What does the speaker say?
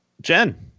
Jen